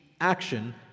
action